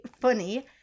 funny